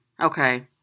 Okay